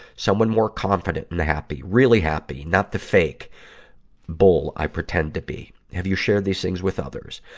someone more confident and happy. really happy, not the fake bull i pretend to be. have you shared these things with others?